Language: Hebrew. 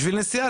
בשביל נסיעה,